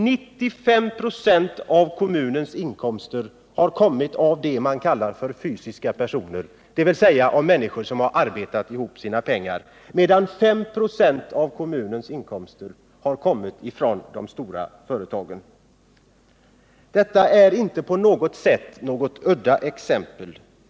95 96 av kommunens inkomster kom under 1977 från dem som man kallar fysiska personer, dvs. människor som har arbetat ihop sina pengar, medan 5 9 av kommunens inkomster kom från de stora företagen. Detta är inte något udda exempel.